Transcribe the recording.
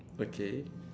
okay